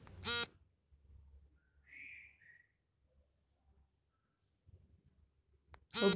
ಒಬ್ಬ ರೈತನು ಐದು ಎಕರೆ ಭೂಮಿಯನ್ನ ಹೊಂದಿದ್ದರೆ ಅವರು ಜೈವ ಗ್ರಿಹಮ್ ಯೋಜನೆ ಅಡಿಯಲ್ಲಿ ಕೃಷಿಗಾಗಿ ಸಾಲವನ್ನು ಪಡಿಬೋದು